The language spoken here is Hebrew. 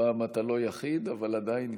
הפעם אתה לא יחיד, אבל עדיין נמצא.